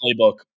playbook